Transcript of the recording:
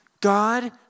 God